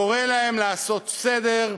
קורא להם לעשות סדר,